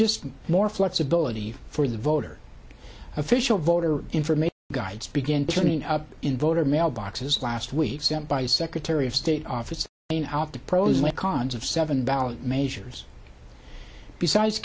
just more flexibility for the voter official voter information guides begin turning up in voter mailboxes last week sent by secretary of state offices in out the pros and cons of seven ballot measures besides